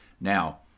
Now